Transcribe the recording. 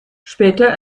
später